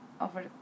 over